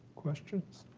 questions?